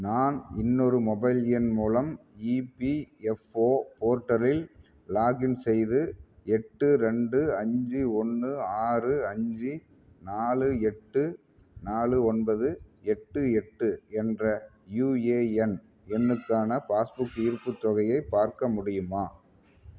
நான் இன்னொரு மொபைல் எண் மூலம் இபிஎஃப்ஓ போர்ட்டலில் லாகின் செய்து எட்டு ரெண்டு அஞ்சு ஒன்று ஆறு அஞ்சு நாலு எட்டு நாலு ஒன்பது எட்டு எட்டு என்ற யூஏஎன் எண்ணுக்கான பாஸ்புக் இருப்புத் தொகையை பார்க்க முடியுமா